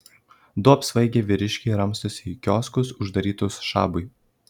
du apsvaigę vyriškiai ramstosi į kioskus uždarytus šabui